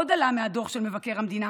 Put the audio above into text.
עוד עלה מהדוח של מבקר המדינה